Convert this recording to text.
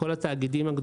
לכל התאגידים,